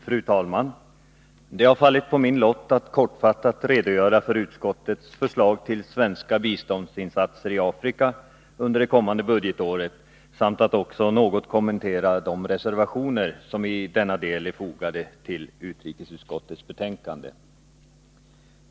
Fru talman! Det har fallit på min lott att kortfattat redogöra för utskottets förslag till svenska biståndsinsatser i Afrika under det kommande budgetåret samt att något kommentera de reservationer som i denna del är fogade till utrikesutskottets betänkande.